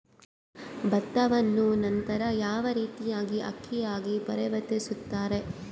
ಭತ್ತವನ್ನ ನಂತರ ಯಾವ ರೇತಿಯಾಗಿ ಅಕ್ಕಿಯಾಗಿ ಪರಿವರ್ತಿಸುತ್ತಾರೆ?